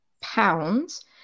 pounds